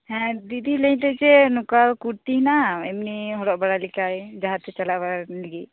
ᱦᱮᱸ ᱫᱤᱫᱤ ᱞᱟᱹᱭ ᱫᱟᱹᱧ ᱡᱮ ᱱᱚᱝᱠᱟ ᱠᱩᱨᱛᱤ ᱦᱮᱱᱟᱜᱼᱟ ᱮᱢᱱᱤ ᱦᱚᱨᱚᱜ ᱵᱟᱲᱟ ᱞᱮᱠᱟᱭ ᱡᱟᱦᱟᱸᱛᱮ ᱪᱟᱞᱟᱣ ᱵᱟᱲᱟᱭ ᱞᱟ ᱜᱤᱜ